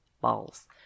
balls